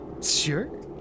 Sure